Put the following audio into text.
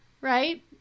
right